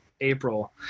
April